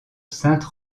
sainte